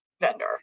vendor